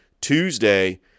Tuesday